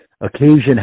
occasion